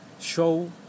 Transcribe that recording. show